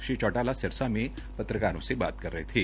श्री चौटाला सिरसा में पत्रकारों से बातचीत कर रहे थे